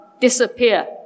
disappear